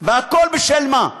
והכול, בשל מה?